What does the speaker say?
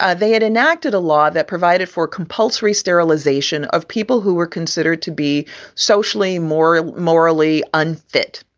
ah they had enacted a law that provided for compulsory sterilization of people who were considered to be socially more morally unfit.